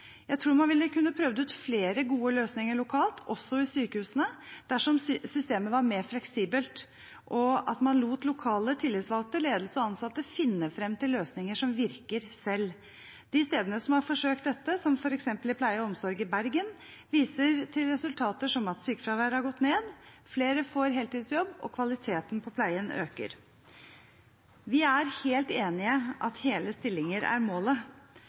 Jeg tror man ville kunne prøvd ut flere gode løsninger lokalt, også i sykehusene, dersom systemet var mer fleksibelt og at man lot lokale tillitsvalgte, ledelse og ansatte selv finne fram til løsninger som virker. De stedene som har forsøkt dette, som f.eks. i pleie og omsorg i Bergen, viser til resultater som at sykefraværet har gått ned, flere får heltidsjobb og kvaliteten på pleien øker. Vi er helt enig i at hele stillinger er målet.